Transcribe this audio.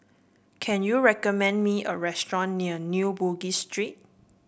can you recommend me a restaurant near New Bugis Street